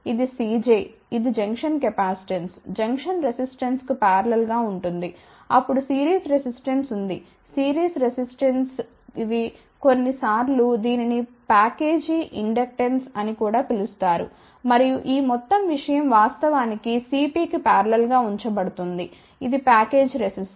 ఇది Cj ఇది junction capacitance junction రెసిస్టెన్స్కు పారలెల్ గా ఉంటుంది అప్పుడు సిరీస్ రెసిస్టెన్స్ ఉంది సిరీస్ ఇండక్టెన్స్ ఉంది కొన్నిసార్లు దీనిని ప్యాకేజీ ఇండక్టెన్స్ అని కూడా పిలుస్తారు మరియు ఈ మొత్తం విషయం వాస్తవానికి Cpకి పారలెల్ గా ఉంచబడుతుంది ఇది ప్యాకేజీ కెపాసిటర్